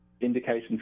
indications